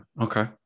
Okay